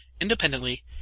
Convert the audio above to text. independently